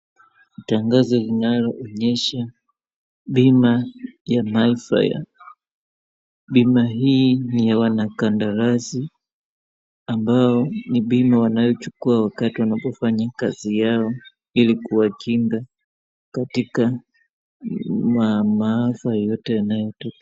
Tangazo linaloonyesha bima ya Mayfair. Bima hii ni ya wanakadarasi ambao ni bima wanayochukua wakati wanapofanya kazi yao ili kuwakinga katika maafa yote yanayo tokea.